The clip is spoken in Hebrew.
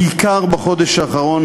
בעיקר בחודש האחרון,